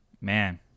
Man